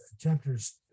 chapters